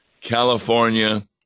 California